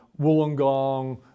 Wollongong